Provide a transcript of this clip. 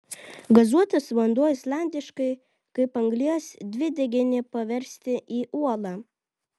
gazuotas vanduo islandiškai kaip anglies dvideginį paversti į uolą